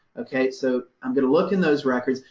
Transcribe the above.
ok. so i'm going to look in those records.